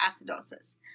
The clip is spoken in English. acidosis